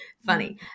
funny